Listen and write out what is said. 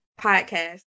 Podcast